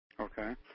Okay